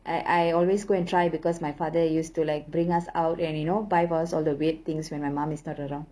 I I always go and try because my father used to like bring us out and you know buy us all the weird things when my mom is not around